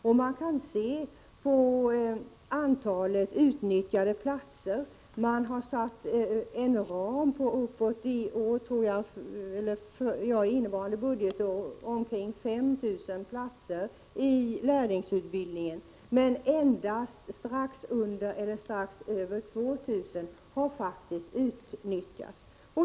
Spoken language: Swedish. Det kan man se på antalet utnyttjade platser. Man har satt en ram innevarande budgetår på omkring 5 000 platser för lärlingsutbildning, men endast omkring 2 000 har faktiskt utnyttjats.